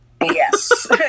Yes